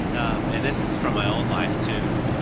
um and this is from my own life too,